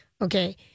Okay